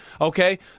Okay